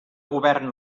govern